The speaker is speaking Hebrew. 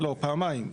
לא, פעמיים.